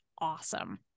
awesome